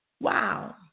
wow